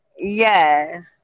Yes